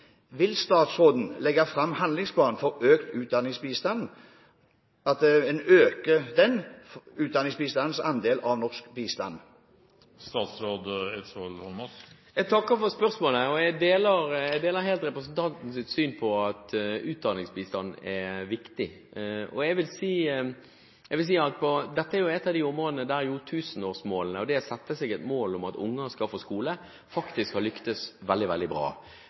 Vil statsråden legge fram en handlingsplan for å øke utdanningsbistandens andel av norsk bistand? Jeg takker for spørsmålet, og jeg deler helt representantens syn på at utdanningsbistand er viktig. Jeg vil si at dette er et av tusenårsmålene, det å sette mål om at unger skal få skolegang, og det har faktisk lyktes veldig bra. Vi har fått veldig